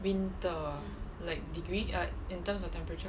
winter ah like degree err in terms of temperature